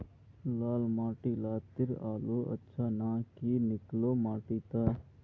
लाल माटी लात्तिर आलूर अच्छा ना की निकलो माटी त?